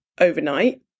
overnight